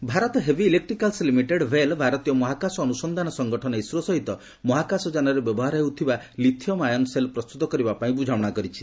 ଭେଲ୍ ISRO Bharat ହେବି electricals limited ଭେଲ୍ ଭାରତୀୟ ମହାକାଶ ଅନୁସନ୍ଧାନ ସଂଗଠନ ଇସ୍ରୋ ସହିତ ମହାକାଶ ଯାନରେ ବ୍ୟବହାର ହେଉଥିବା ଲିଥିୟମ୍ ଆୟନ୍ ସେଲ୍ ପ୍ରସ୍ତୁତ କରିବା ପାଇଁ ବୁଝାମଣା କରିଛି